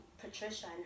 Patricia